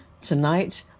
tonight